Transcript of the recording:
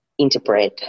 interbred